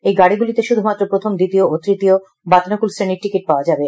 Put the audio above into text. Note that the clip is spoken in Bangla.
এই গাড়িগুলিতে শুধুমাত্র প্রথম দ্বিতীয় ও তৃতীয় বাতানুকুল শ্রেনীর টিকিট পাওয়া যাবে